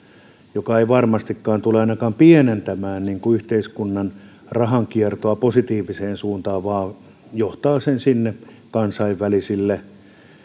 mikä ei varmastikaan tule ainakaan pienentämään yhteiskunnan rahankiertoa positiiviseen suuntaan vaan johtaa sen sinne kansainvälisille